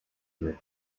for